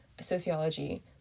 sociology